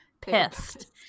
pissed